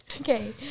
Okay